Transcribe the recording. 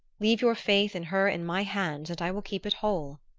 leave your faith in her in my hands and i will keep it whole.